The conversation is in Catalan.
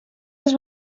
als